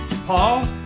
Paul